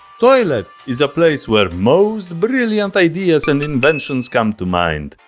toilet is a place where most brilliant ideas and inventions come to mind.